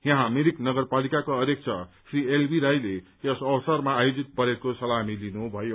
यहाँ मिरिक नगरपालिका अध्यक्ष श्री एलबी राईले यस अवसरमा आयोजित परेडको सलामी लिनुभयो